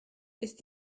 ist